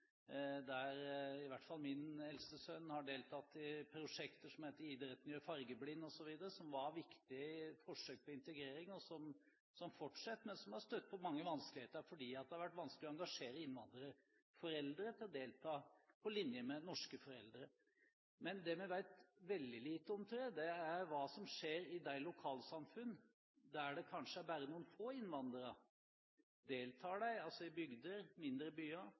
der i hvert fall min eldste sønn har deltatt i prosjekter som heter «Idretten gjør fargeblind» osv., som var viktige forsøk på integrering, og som fortsetter, men som har støtt på mange vanskeligheter fordi det har vært vanskelig å engasjere innvandrerforeldre til å delta på linje med norske foreldre. Men det vi vet veldig lite om, tror jeg, er hva som skjer i de lokalsamfunn der det kanskje bare er noen få innvandrere – i bygder, i mindre byer.